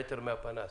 מטר מהפנס.